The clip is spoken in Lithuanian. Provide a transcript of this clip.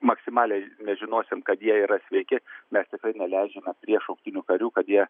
maksimaliai nežinosim kad jie yra sveiki mes tikrai neleidžiame prie šauktinių karių kad jie